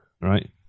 Right